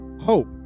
hope